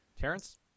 Terrence